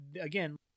again